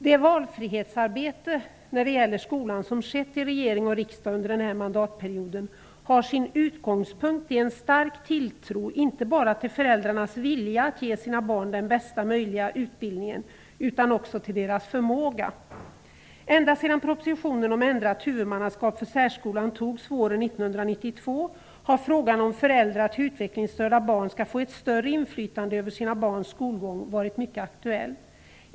Det valfrihetsarbete när det gäller skolan som skett i regering och riksdag under den här mandatperioden, har sin utgångspunkt i en stark tilltro inte bara till föräldrarnas vilja att ge sina barn den bästa möjliga utbildningen utan också till barnens förmåga. Ända sedan propositionen om ändrat huvudmannaskap för särskolan antogs våren 1992, har frågan om föräldrar till utvecklingsstörda barn skall få ett större inflytande över sina barns skolgång varit mycket aktuell.